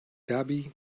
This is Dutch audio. dhabi